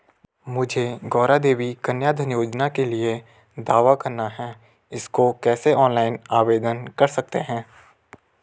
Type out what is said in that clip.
मुझे गौरा देवी कन्या धन योजना के लिए दावा करना है इसको कैसे ऑनलाइन आवेदन कर सकते हैं?